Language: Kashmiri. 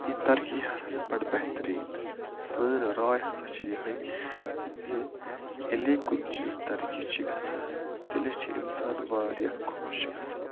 یہِ ترقی ہسا چھِ بَڈٕ بہتریٖن سٲنۍ راے ہسا چھِ یِہٕے زِ ییٚلہِ کُنہِ چیٖزٕچ ترقی چھِ گژھان تیٚلہِ چھِ اِنسان واریاہ خۄش گژھان